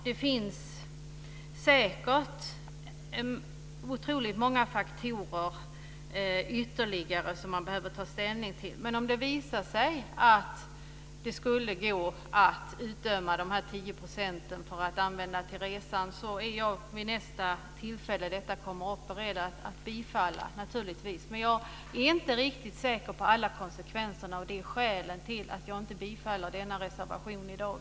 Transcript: Det finns säkert otroligt många ytterligare faktorer som man behöver ta ställning till. Men om det visar sig att det skulle gå att använda de tio procenten till resan är jag vid nästa tillfälle frågan kommer upp naturligtvis beredd att bifalla. Jag är inte riktigt säker på alla konsekvenserna, och det är skälet till att jag inte bifaller denna reservation i dag.